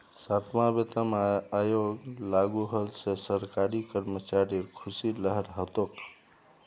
सातवां वेतन आयोग लागू होल से सरकारी कर्मचारिर ख़ुशीर लहर हो तोक